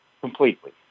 completely